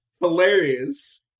Hilarious